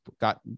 got